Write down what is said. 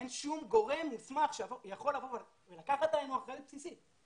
אין שום גורם מוסמך שיכול לבוא ולקחת עלינו אחריות בסיסית?